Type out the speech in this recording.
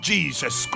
Jesus